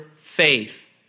faith